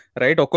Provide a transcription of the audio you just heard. right